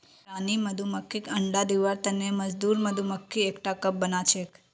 रानी मधुमक्खीक अंडा दिबार तने मजदूर मधुमक्खी एकटा कप बनाछेक